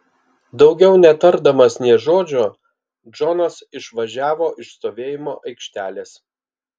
daugiau netardamas nė žodžio džonas išvažiavo iš stovėjimo aikštelės